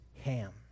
ham